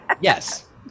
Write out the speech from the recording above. yes